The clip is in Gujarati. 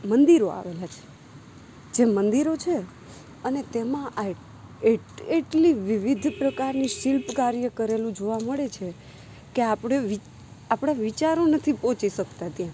મંદિરો આવેલા છે જે મંદિરો છે અને તેમાં અહીં એટ એટલી વિવિધ પ્રકારની શિલ્પ કાર્ય કરેલું જોવા મળે છે કે આપણે વી આપણા વિચારો નથી પહોંચી શકતા ત્યાં